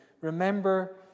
remember